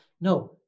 No